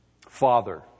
Father